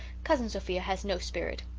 cousin sophia has no spirit.